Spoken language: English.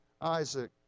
Isaac